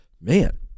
man